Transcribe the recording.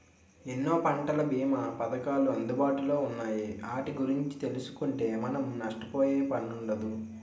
ఎన్నో పంటల బీమా పధకాలు అందుబాటులో ఉన్నాయి ఆటి గురించి తెలుసుకుంటే మనం నష్టపోయే పనుండదు